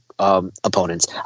Opponents